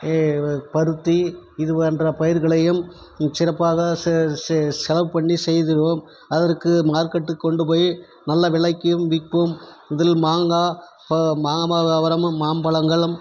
பருத்தி இது போன்ற பயிர்களையும் மிக சிறப்பாக செ செ செலவு பண்ணி செய்துவோம் அதற்கு மார்க்கெட்டுக்கு கொண்டு போய் நல்ல விலைக்கும் விற்போம் இதில் மாங்காய் மாமரமும் மாம்பழங்களும்